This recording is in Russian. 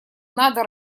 надо